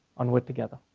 onward together.